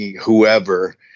whoever